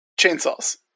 Chainsaws